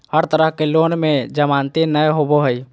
हर तरह के लोन में जमानती नय होबो हइ